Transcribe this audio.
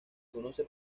conoce